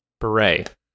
Beret